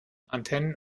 antennen